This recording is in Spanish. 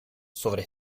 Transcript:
sobre